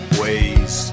ways